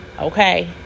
Okay